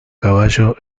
caballo